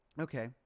okay